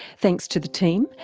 thanks to the team,